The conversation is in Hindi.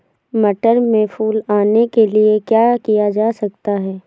मटर में फूल आने के लिए क्या किया जा सकता है?